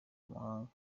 amahanga